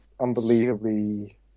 unbelievably